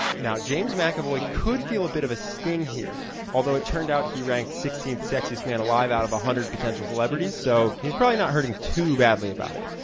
now james mcavoy could feel a bit of a sting here although it turned out he ranked sixteenth sexiest man alive out of a hundred potential celebrities so he's probably not hurting too badly about it.